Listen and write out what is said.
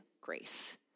grace